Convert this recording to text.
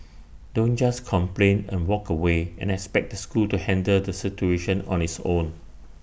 don't just complain and walk away and expect the school to handle the situation on its own